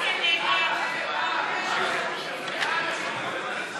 ההצעה להסיר מסדר-היום את הצעת חוק התכנון והבנייה (תיקון,